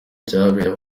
byabereye